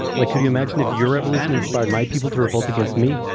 like could you imagine if your revolution inspired my people to revolt against me?